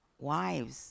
Wives